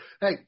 hey